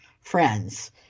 friends